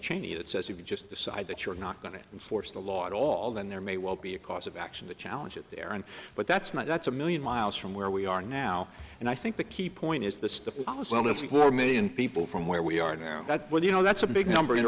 cheney that says if you just decide that you're not going to enforce the law at all then there may well be a cause of action to challenge it there and but that's not that's a million miles from where we are now and i think the key point is the house well that's a quarter million people from where we are now that well you know that's a big number in